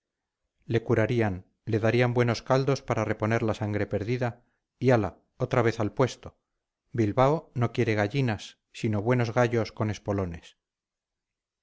le curarían le darían buenos caldos para reponer la sangre perdida y hala otra vez al puesto bilbao no quiere gallinas sino buenos gallos con espolones